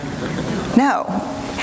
No